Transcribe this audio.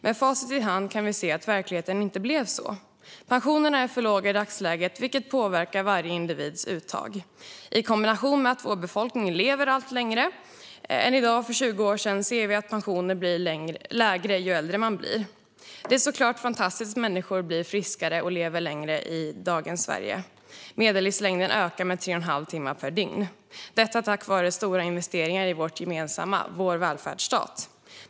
Med facit i hand kan vi se att det inte blev så. Pensionerna är i dagsläget för låga, vilket påverkar varje individs uttag. I kombination med att vår befolkning lever längre i dag än för 20 år sedan ser vi att pensionerna blir lägre ju äldre människor blir. Det är såklart fantastiskt att människor blir friskare och lever längre i dagens Sverige. Medellivslängden ökar med tre och en halv timme per dygn, och detta är tack vare stora investeringar i vårt gemensamma - vår välfärdsstat.